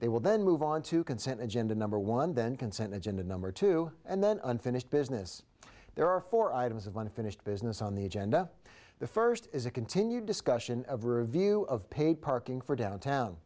they will then move on to consent agenda number one then consent agenda number two and then unfinished business there are four items of unfinished business on the agenda the first is a continued discussion of review of paid parking for downtown